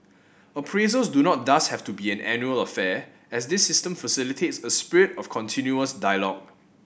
appraisals do not thus have to be an annual affair as this system facilitates a spirit of continuous dialogue